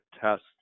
test